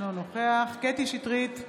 אינו נוכח קטי קטרין שטרית,